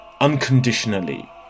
unconditionally